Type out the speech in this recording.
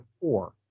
four